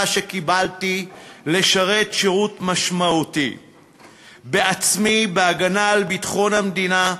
שקיבלתי לשרת שירות משמעותי בעצמי: בהגנה על ביטחון המדינה,